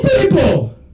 people